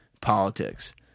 politics